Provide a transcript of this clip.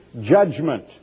judgment